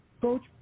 Coach